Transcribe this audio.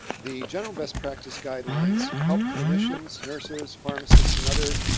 the general best practice guidelines help clinicians, nurses, pharmacists and other